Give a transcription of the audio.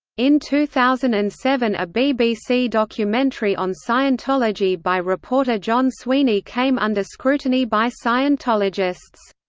in two thousand and seven a bbc documentary on scientology by reporter john sweeney came under scrutiny by scientologists.